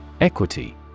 Equity